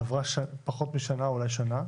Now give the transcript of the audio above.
עברה פחות משנה, אולי שנה,